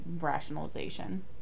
rationalization